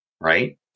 right